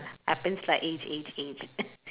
happens like age age age